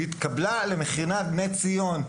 והיא התקבלה למכינת בני ציון.